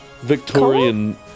Victorian